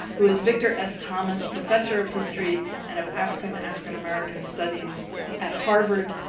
who is victor s. thomas professor of history and of african, african-american studies at harvard.